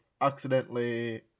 accidentally